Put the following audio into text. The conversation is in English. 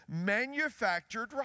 manufactured